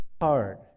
hard